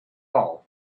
all